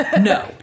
no